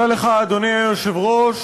אדוני היושב-ראש,